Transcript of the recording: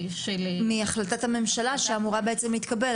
מהחלטת הממשלה שאמורה בעצם להתקבל,